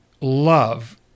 love